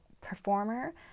performer